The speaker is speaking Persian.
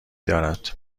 دارد